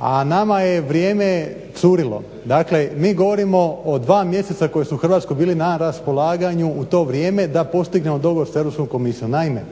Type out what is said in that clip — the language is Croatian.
A nama je vrijeme curilo. Dakle mi govorimo o dva mjeseca koji su Hrvatskoj bili na raspolaganju u to vrijeme da postignemo dogovor sa EU komisijom. Naime,